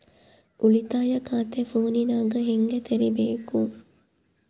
ಉಳಿತಾಯ ಖಾತೆ ಫೋನಿನಾಗ ಹೆಂಗ ತೆರಿಬೇಕು?